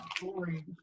boring